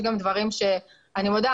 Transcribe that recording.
יש גם דברים שאני מודה,